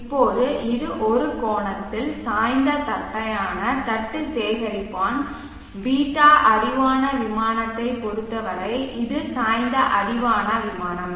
இப்போது இது ஒரு கோணத்தில் சாய்ந்த தட்டையான தட்டு சேகரிப்பான் ß அடிவான விமானத்தைப் பொறுத்தவரை இது சாய்ந்த அடிவான விமானம்